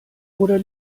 oder